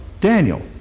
Daniel